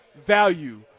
value